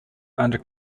under